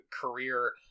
career